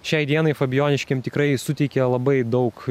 šiai dienai fabijoniškėm tikrai suteikia labai daug